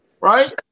right